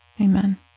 Amen